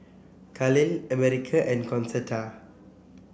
Kahlil America and Concetta